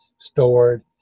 stored